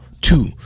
two